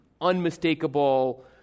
unmistakable